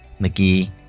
McGee